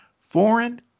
foreign